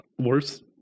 Worse